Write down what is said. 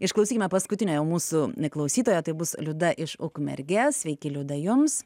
išklausykime paskutiniąją mūsų m klausytoją tai bus liuda iš ukmergės sveiki liuda jums